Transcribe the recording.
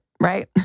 right